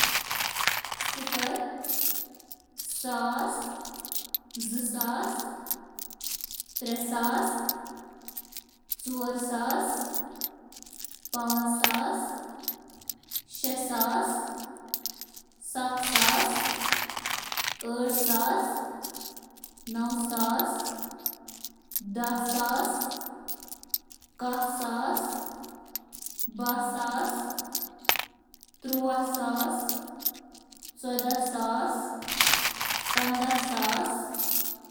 صفر، اکھ ساس ، زٕ ساس ، ترٛےٚ ساس ، ژور ساس ، پانٛژ ساس ، شیٚہ ساس ، ستھ ساس ، ٲٹھ ساس ، نو ساس ۔ دہہ ساس۔